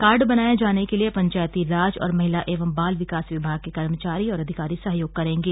card बनाये जाने के लिये पंचायती राज और महिला एवं बाल विकास विभाग के कर्मचारी और अधिकारी सहयोग करेंगे